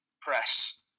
press